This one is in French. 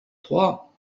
trois